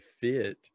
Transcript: fit